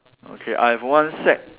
okay I have one sack